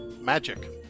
magic